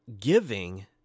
giving